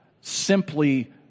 simply